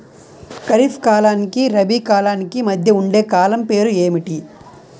ఖరిఫ్ కాలానికి రబీ కాలానికి మధ్య ఉండే కాలం పేరు ఏమిటి?